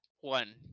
one